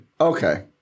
Okay